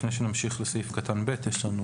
לפני שנמשיך לסעיף קטן (ב), יש לנו